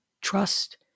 trust